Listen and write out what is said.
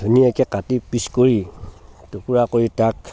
ধুনীয়াকৈ কাটি পিচ কৰি টুকুৰা কৰি তাক